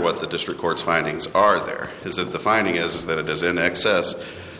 what the district court's findings are there is of the finding is that it is in excess